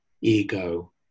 ego